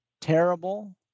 terrible